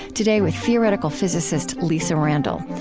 today, with theoretical physicist lisa randall.